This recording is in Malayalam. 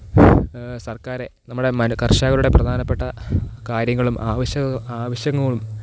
സര്ക്കാരെ നമ്മുടെ കര്ഷകരുടെ പ്രധാനപ്പെട്ട കാര്യങ്ങളും ആവശ്യ ആവശ്യങ്ങളും